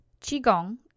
Qigong